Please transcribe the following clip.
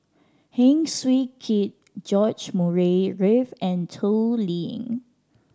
Heng Swee Keat George Murray Reith and Toh Liying